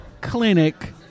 clinic